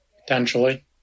potentially